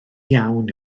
iawn